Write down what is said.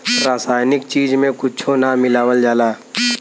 रासायनिक चीज में कुच्छो ना मिलावल जाला